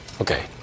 Okay